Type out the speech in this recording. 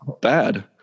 bad